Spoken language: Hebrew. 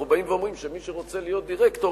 אנחנו באים ואומרים שמי שרוצה להיות דירקטור,